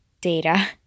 data